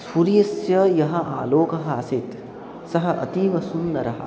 सूर्यस्य यः आलोकः आसीत् सः अतीव सुन्दरः